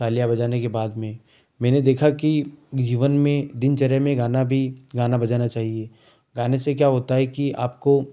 तालियांँ बजाने के बाद मैं मैंने देखा कि जीवन में दिनचर्या में गाना भी गाना बजाना चाहिए गाने से क्या होता है कि आपको